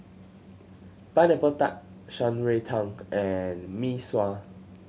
Pineapple Tart Shan Rui Tang and Mee Sua